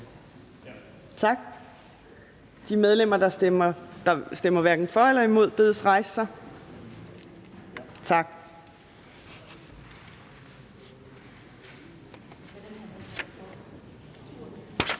Tak. De medlemmer, der stemmer hverken for eller imod, bedes rejse sig. Tak.